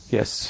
Yes